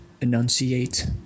enunciate